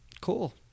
Cool